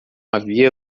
havia